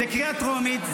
זו קריאה טרומית,